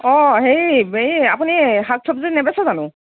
অঁ হেৰি এই আপুনি শাক চব্জি নেবেচে জানোঁ